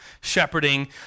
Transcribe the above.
shepherding